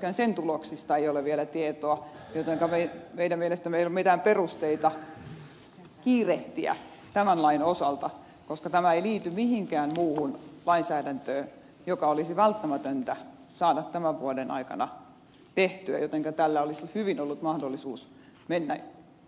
myöskään sen tuloksista ei ole vielä tietoa jotenka meidän mielestämme ei ole mitään perusteita kiirehtiä tämän lain osalta koska tämä ei liity mihinkään muuhun lainsäädäntöön joka olisi välttämätöntä saada tämän vuoden aikana tehtyä jotenka tällä olisi hyvin ollut mahdollisuus mennä